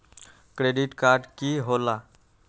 Credit card की होला?